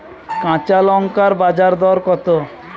কাঁচা লঙ্কার বাজার দর কত?